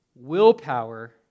willpower